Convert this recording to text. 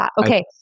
Okay